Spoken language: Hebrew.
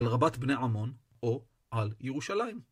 על רבת בני עמון או על ירושלים.